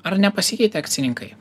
ar nepasikeitė akcininkai